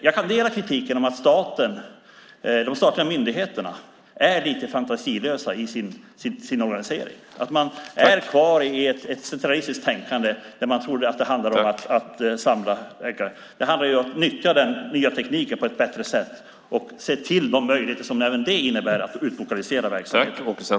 Jag kan dela kritiken om att de statliga myndigheterna är lite fantasilösa i sin organisering. Man är kvar i ett centralistiskt tänkande där man trodde att det handlade om att samla äggen. Men det handlar ju om att nyttja den nya tekniken på ett bättre sätt och se till de möjligheter som det innebär att utlokalisera verksamhet.